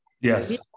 yes